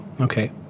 Okay